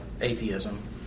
atheism